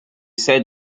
said